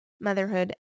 motherhood